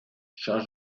charles